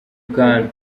kantu